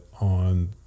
on